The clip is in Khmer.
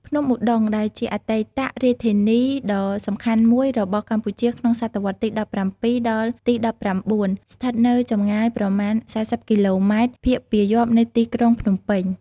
ភ្នំឧដុង្គ ដែលជាអតីតរាជធានីដ៏សំខាន់មួយរបស់កម្ពុជាក្នុងសតវត្សរ៍ទី ១៧ ដល់ទី ១៩ ស្ថិតនៅចំងាយប្រមាណ ៤០ គីឡូម៉ែត្រ ភាគពាយព្យនៃទីក្រុងភ្នំពេញ។